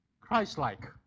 Christ-like